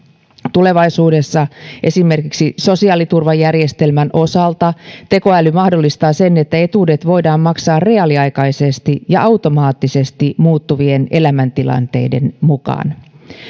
tulevaisuudessa esimerkiksi sosiaaliturvajärjestelmän osalta tekoäly mahdollistaa sen että etuudet voidaan maksaa reaaliaikaisesti ja automaattisesti muuttuvien elämäntilanteiden mukaan